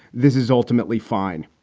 this is ultimately fine.